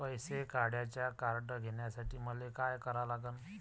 पैसा काढ्याचं कार्ड घेण्यासाठी मले काय करा लागन?